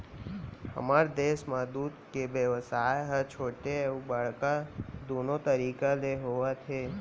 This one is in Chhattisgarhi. हमर देस म दूद के बेवसाय ह छोटे अउ बड़का दुनो तरीका ले होवत हे